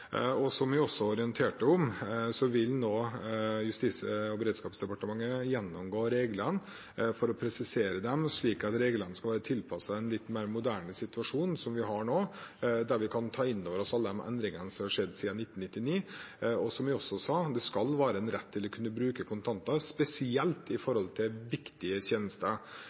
Som jeg også orienterte om, vil nå Justis- og beredskapsdepartementet gjennomgå reglene for å presisere dem, slik at reglene skal være tilpasset en litt mer moderne situasjon – som vi har nå – der vi kan ta inn over oss alle de endringene som har skjedd siden 1999. Som jeg også sa: Det skal være en rett til å kunne bruke kontanter, spesielt når det gjelder viktige tjenester.